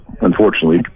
unfortunately